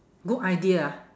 good idea ah